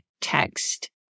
text